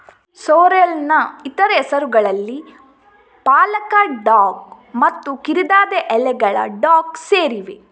ಸೋರ್ರೆಲ್ನ ಇತರ ಹೆಸರುಗಳಲ್ಲಿ ಪಾಲಕ ಡಾಕ್ ಮತ್ತು ಕಿರಿದಾದ ಎಲೆಗಳ ಡಾಕ್ ಸೇರಿವೆ